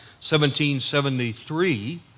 1773